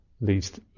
least